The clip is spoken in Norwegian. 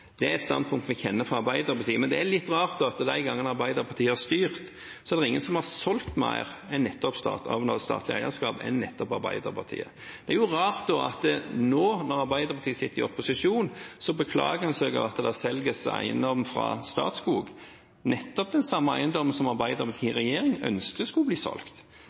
Det er et standpunkt vi kjenner fra Arbeiderpartiet. Men det er litt rart at de gangene Arbeiderpartiet har styrt, er det ingen som har solgt mer av statlig eierskap enn nettopp Arbeiderpartiet. Da er det rart at Arbeiderpartiet nå, når de sitter i opposisjon, beklager seg over at det selges eiendom fra Statskog – nettopp den samme eiendommen som Arbeiderpartiet i regjering ønsket skulle bli solgt.